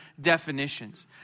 definitions